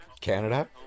Canada